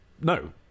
No